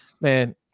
Man